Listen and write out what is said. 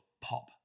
pop